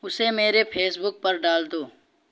اسے میرے Facebook پر ڈال دو